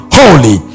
holy